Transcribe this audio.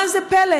מה הפלא?